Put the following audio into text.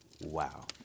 Wow